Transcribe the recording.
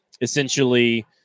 essentially